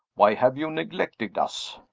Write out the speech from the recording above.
why have you neglected us?